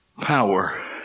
Power